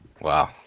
Wow